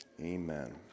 Amen